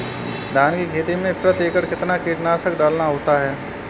धान की खेती में प्रति एकड़ कितना कीटनाशक डालना होता है?